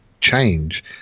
change